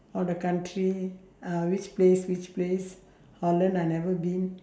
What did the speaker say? all the country uh which place which place holland I never been